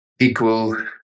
equal